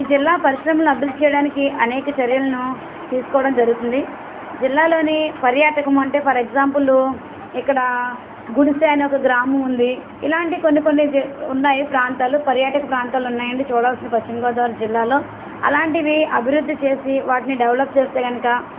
ఈ జిల్లా పరిశ్రమలు అభివృద్ధి చేయడానికి అనేక చర్యలను తీసుకోవడం జరుగుతుంది జిల్లాలోని పర్యాటకము అంటే ఫర్ ఎగ్జాంపులు ఇక్కడ గుడిసె అనే ఒక గ్రామం ఉంది ఇలాంటి కొన్ని కొన్ని జి ఉన్నాయి ప్రాంతాలు పర్యాటక ప్రాంతాలు ఉన్నాయండి చూడవలసినవి పశ్చిమగోదావరి జిల్లాలో అలాంటివి అభివృద్ధి చేసి వాటిని డెవలప్ చేస్తే కనుక